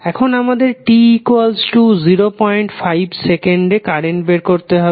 এখন আমাদের t05 সেকেন্ডে কারেন্ট বের করতে হবে